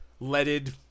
leaded